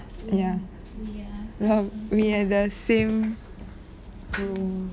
ya well we are the same room